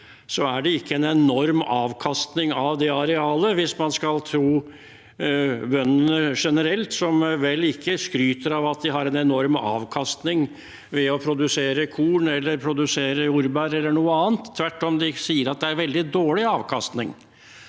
er det ikke en enorm avkastning av det arealet – hvis man skal tro bøndene generelt, som vel ikke skryter av at de har en enorm avkastning ved å produsere korn, jordbær eller noe annet. De sier tvert om at det er veldig dårlig avkastning.